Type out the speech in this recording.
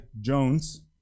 Jones